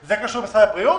זה קשור בכלל לבריאות?